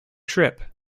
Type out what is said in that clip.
trip